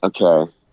okay